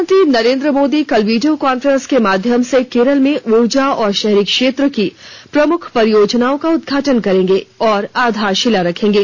प्रधानमंत्री नरेंद्र मोदी कल video conference के माध्यम से केरल में ऊर्जा और शहरी क्षेत्र की प्रमुख परियोजनाओं का उदघाटन करेंगे और आधारशिला रखेंगे